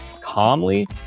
calmly